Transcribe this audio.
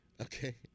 okay